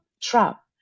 trap